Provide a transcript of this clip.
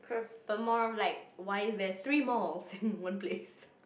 but more of like why is there three more in one place